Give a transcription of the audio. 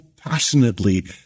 passionately